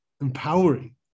empowering